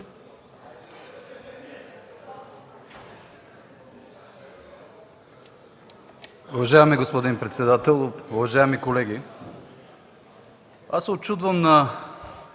Уважаеми господин председател, уважаеми колеги! Учудвам се